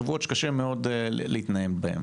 אלה שבועות שקשה מאוד להתנהל בהם.